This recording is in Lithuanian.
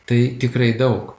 tai tikrai daug